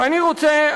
ואני רוצה,